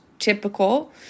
typical